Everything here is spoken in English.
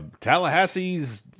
tallahassee's